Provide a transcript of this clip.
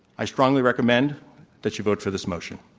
i strongly recommend that you vote for this motion.